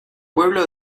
pueblo